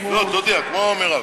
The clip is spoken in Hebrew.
לא, תודיע, כמו מירב.